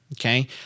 okay